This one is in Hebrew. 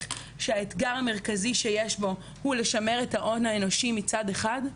שהאתגר המרכזי שיש בו הוא לשמר את ההון האנושי מצד אחד,